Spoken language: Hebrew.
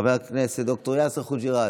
חבר הכנסת ד"ר יאסר חוג'יראת,